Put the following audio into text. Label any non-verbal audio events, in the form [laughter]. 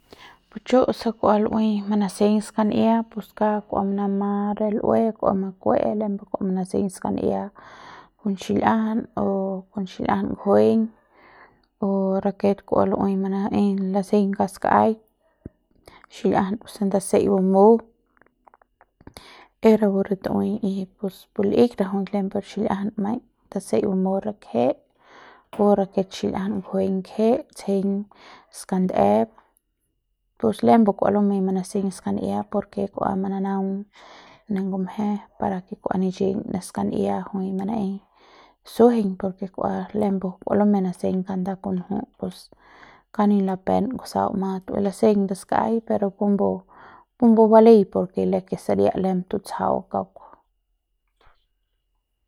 [noise] pus chu se kua lu'ui manaseiñ skan'ia pus kua ua manama re l'ue kua makue lembe kua manaseiñ skan'ia kon xil'iajan o kon [noise] xil'iajan [noise] nguejeiñ o rake kua lu'ui manaeiñ laseiñ kauk ska'aik xil'iajan puse ndasei bamu e rapu re tu'ui y pus pu l'ik rajuik lem pur xil'iajan maiñ tasei bamu kje o [noise] rake xil'iajan nguejeiñ kej tseiñ skandep pus lembe kua lumei [noise] manaseiñ skan'ia por ke kua manaung ne ngumje par ke kua nichiñ ne skan'ia jui mana'eiñ sujueiñ par ke kua lembu kua lumeiñ manaseiñ kanda kunju pus kauk ni lapen kusau ma tu'ui laseiñ skaiñ pero pumbu pumbu baleiñ por ke lembu saria tutsjau kauk. [noise]